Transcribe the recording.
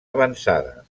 avançada